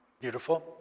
Beautiful